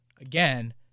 again